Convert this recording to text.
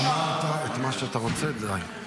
אתה רוצה לתת לי לדבר?